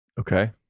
okay